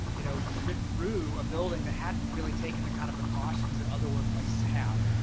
you know, rip through a building that hadn't really taken the kind of precautions that other workplaces have.